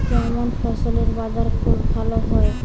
কেমন ফসলের বাজার খুব ভালো হয়?